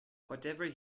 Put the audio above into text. whatever